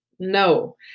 No